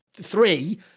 Three